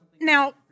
Now